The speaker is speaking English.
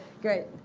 great.